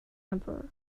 emperor